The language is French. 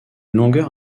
longueur